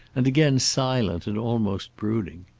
and again silent and almost brooding.